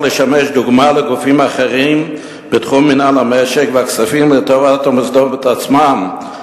לשמש דוגמה לגופים אחרים בתחום מינהל המשק והכספים לטובת המוסדות עצמם,